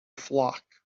flock